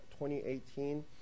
2018